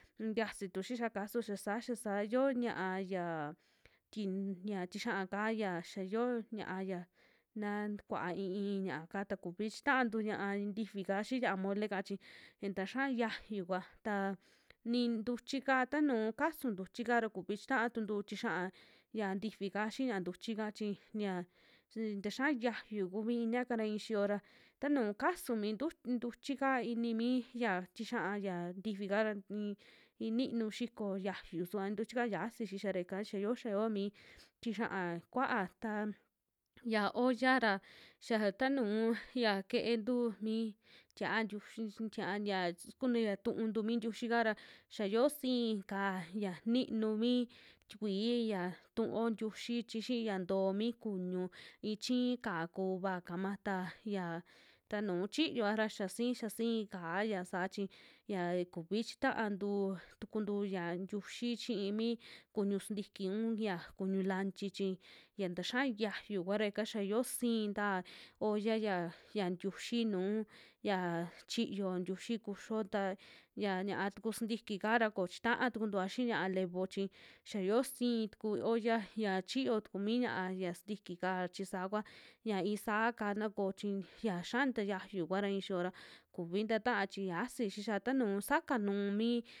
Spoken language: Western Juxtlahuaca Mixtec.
Yiasi tu xixiaka su yasa, yasa yoo ña'a ya ti ya tixia'ka ya xia yoo ña'a ya na tukua i'i, i'i yaaka ta kuvi chiantu ña'a tinfi'ka xii ña'a mole kaa chi xa taxia xiayu kua ta ni ntuchi ka, tanu kasun ntuchi'ka ra kuvi chitaa tuntu tixia'a ya ntifi'ka xia ntuchi'ka chi ya sta xiaa yayu kivi inia'ka ra i'ixiyo ra, tanu kasu mi ntu- ntuckika inimi ya tixia ya tifi'ka ra i'i inionu xiko yayusuva ntuchika xiasi xixia ra yaka ya yo'o, ya yo'o mi tixia'a kuaa ta ya olla, ta xia tanuu ya ke'entu mi tia'a ntiux tia'a ya kun ya tu'untu mi ntiuxi'ka ra xia yoo sii ka'á, ya ninu mi tikui ya tu'uo ntiuxi, chi xiiya ntoo mi kuñu ichii ka'á kuvaaka ma ta yia, ta nu'u chiyoa ra xiasi. xia sii ka'á yasa chi yia kuvi chitaantu tukuntu yia ntiuxi, xi'i mi kuñu sintiki un ya kuñu lanchi chi ya taxia, yiayu kua ra ika xia yoo siinta olla ya, ya ntiuxi nuu ya chiyo ntiuxi kuxio ta ya ña'a ku sintiki'ka ra kochita'a tukuntua xii ña'a levo chi, xia yoo siin tuku olla ya chiyo tuku mi ña'a yia sintiki'ka chi saa kua, ña i'i saa kaa na ko chi xia tayayu kua ra i'ixiyo ra kuvi ntaa chi yiasi xixia tanuu saka nuu mi.